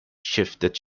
shifted